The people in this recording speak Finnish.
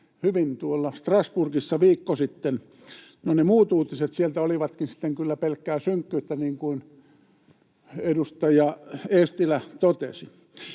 hyvin, tuolla Strasbourgissa viikko sitten — no, ne muut uutiset sieltä olivatkin sitten kyllä pelkkää synkkyyttä, niin kuin edustaja Eestilä totesi.